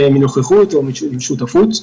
מנוכחות או משותפות.